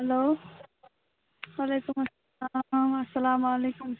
hello وَعلیکُم اَسَلام اَسَلامَ علیکُم